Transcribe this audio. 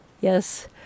Yes